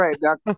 right